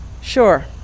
sure